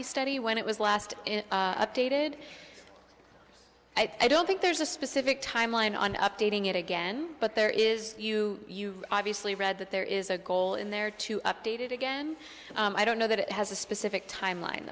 impact study when it was last updated i don't think there's a specific timeline on updating it again but there is you obviously read that there is a goal in there to update it again i don't know that it has a specific timeline